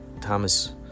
Thomas